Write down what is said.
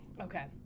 Okay